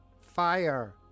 fire